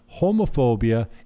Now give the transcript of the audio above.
homophobia